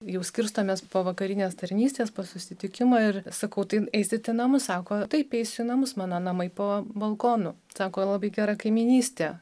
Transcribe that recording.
jau skirstomės po vakarinės tarnystės po susitikimo ir sakau tai eisit į namus sako taip eisiu į namus mano namai po balkonu sako labai gera kaimynystė